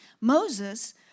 Moses